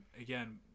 again